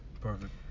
Perfect